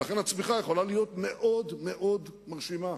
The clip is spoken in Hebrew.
ולכן הצמיחה יכולה להיות מאוד מאוד מרשימה.